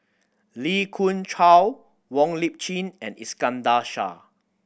Lee Khoon Choy Wong Lip Chin and Iskandar Shah